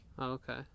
okay